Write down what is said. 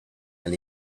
and